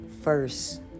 first